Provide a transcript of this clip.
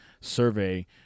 survey